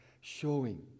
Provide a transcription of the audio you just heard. showing